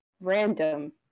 random